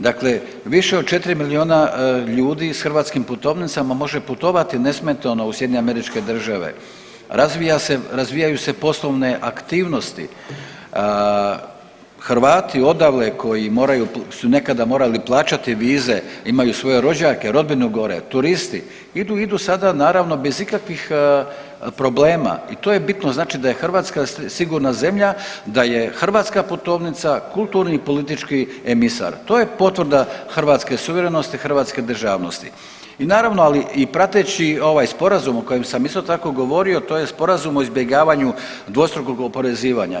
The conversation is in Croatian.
Dakle više od 4 milijuna ljudi s hrvatskim putovnicama može putovati nesmetano u SAD, razvija se, razvijaju se poslovne aktivnosti, Hrvati odaleko i moraju, su nekada morali plaćati vize, imaju svoje rođake, rodbinu gore, turisti, idu, idu sada naravno bez ikakvih problema i to je bitno, znači da je Hrvatska sigurna zemlja, da je hrvatska putovnica kulturni politički emisar, to je potvrda hrvatske suverenosti i hrvatske državnosti i naravno, ali i prateći ovaj sporazum o kojem sam isto tako govorio to je Sporazum o izbjegavanju dvostrukog oporezivanja.